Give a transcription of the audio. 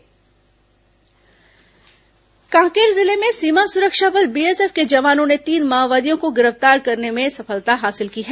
माओवादी गिरफ्तार कांकेर जिले में सीमा सुरक्षा बल बीएसएफ के जवानों ने तीन माओवादियों को गिरफ्तार करने में सफलता हासिल की है